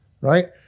right